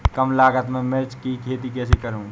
कम लागत में मिर्च की खेती कैसे करूँ?